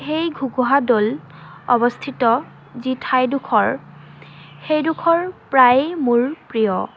সেই ঘুগুহা দৌল অৱস্থিত যি ঠাইডখৰ সেইডখৰ প্ৰায় মোৰ প্ৰিয়